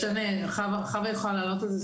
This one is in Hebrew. חוה יכולה לענות על זה.